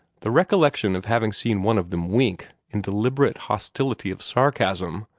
the recollection of having seen one of them wink, in deliberate hostility of sarcasm,